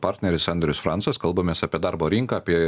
partneris andrius francas kalbamės apie darbo rinką apie